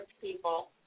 people